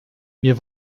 mir